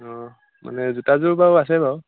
অঁ মানে জোতাযোৰ বাৰু আছে বাৰু